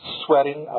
sweating